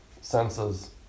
senses